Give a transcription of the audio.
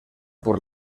por